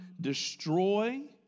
destroy